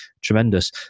tremendous